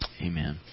Amen